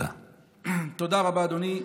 תודה רבה, אדוני.